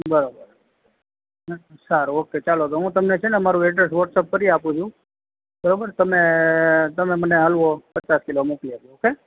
બરોબર સારો ઓકે ચાલો તો હું તમને છે ને અમારો એડ્રેસ વોટ્સએપ કરી આપુ છું બરોબર તમે તમે મને હલવો પચાસ કિલો મોકલી આપજો ઓકે